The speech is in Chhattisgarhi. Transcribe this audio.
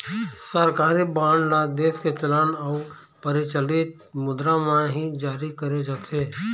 सरकारी बांड ल देश के चलन अउ परचलित मुद्रा म ही जारी करे जाथे